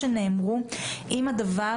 או דברים שנאמרו,